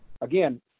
again